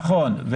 נכון.